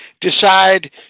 decide